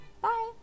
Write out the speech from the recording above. bye